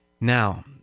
Now